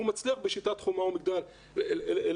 והוא מצליח בשיטת חומה ומגדל להחזיק,